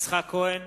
יצחק כהן,